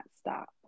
stop